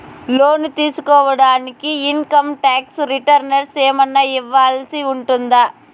లోను తీసుకోడానికి income tax returns ఏమన్నా ఇవ్వాల్సి ఉంటుందా